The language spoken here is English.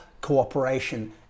cooperation